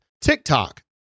TikTok